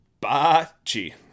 Ba-Chi